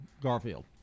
Garfield